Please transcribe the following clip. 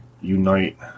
unite